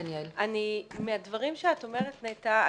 אני מהדברים שאת אומרת נטע,